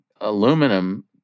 aluminum